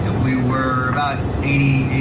we were about eighty,